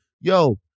yo